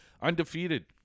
undefeated